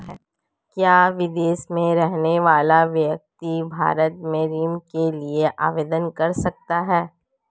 क्या विदेश में रहने वाला व्यक्ति भारत में ऋण के लिए आवेदन कर सकता है?